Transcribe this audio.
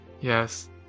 Yes